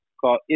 called